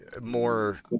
more